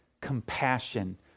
compassion